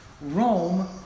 Rome